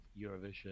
Eurovision